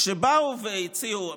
כשבאו והציעו,